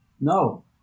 No